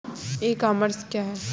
ई commerce क्या है?